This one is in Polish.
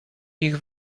ich